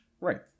Right